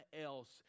else